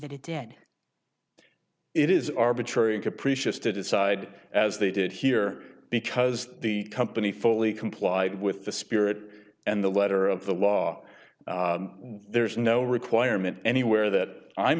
that it did it is arbitrary and capricious to decide as they did here because the company fully complied with the spirit and the letter of the law there is no requirement anywhere that i'm